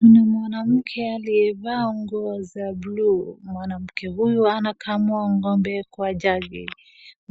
Kuna mwanamke aliyevaa nguo za buluu. Mwanamke huyu anakamua ng'ombe kwa jagi.